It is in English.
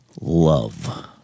Love